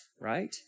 right